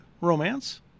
romance